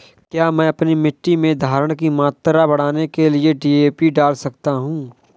क्या मैं अपनी मिट्टी में धारण की मात्रा बढ़ाने के लिए डी.ए.पी डाल सकता हूँ?